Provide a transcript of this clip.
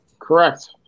Correct